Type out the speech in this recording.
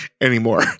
anymore